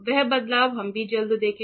वह बदलाव हम भी जल्द देखेंगे